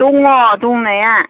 दङ दंनाया